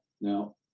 Now